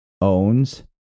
owns